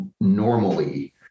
normally